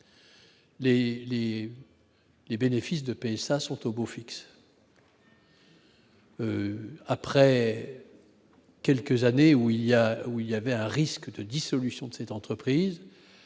les bénéfices de PSA sont au beau fixe. Après quelques années où il y a, où il y avait un risque de dissolution de cette entreprise